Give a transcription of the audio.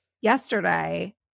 yesterday